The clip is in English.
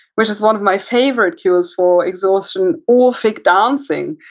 which is one of my favorite cures for exhaustion, orphic dancing.